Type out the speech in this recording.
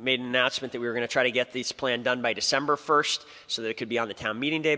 made an announcement that we're going to try to get this plan done by december first so that could be on the town meeting day